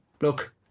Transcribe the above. look